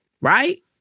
right